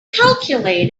calculated